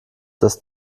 dass